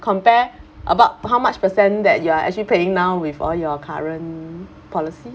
compare about how much percent that you are actually paying now with all your current policy